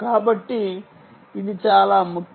కాబట్టి ఇది చాలా ముఖ్యం